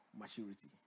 maturity